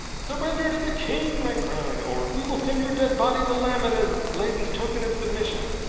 surrender to the king! they cried, or we will send your dead body to lammen as leyden's token of submission.